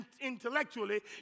intellectually